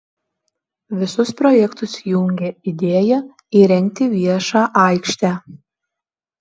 visus projektus jungia idėja įrengti viešą aikštę